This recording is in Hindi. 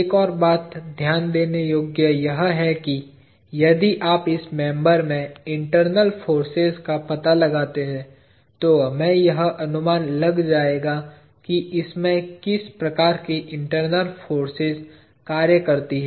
एक और ध्यान देने योग्य बात यह है कि यदि आप इस मेंबर में इंटरनल फोर्सेज का पता लगाते हैं तो हमें यह अनुमान लग जाएगा कि इसमें किस प्रकार की इंटरनल फोर्सेज कार्य करती हैं